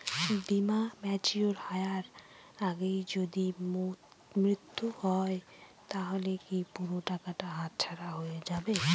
বীমা ম্যাচিওর হয়ার আগেই যদি মৃত্যু হয় তাহলে কি পুরো টাকাটা হাতছাড়া হয়ে যাবে?